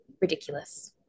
ridiculous